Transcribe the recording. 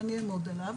ואני אעמוד עליו,